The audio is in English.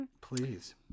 Please